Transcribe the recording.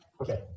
okay